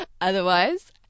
Otherwise